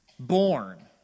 Born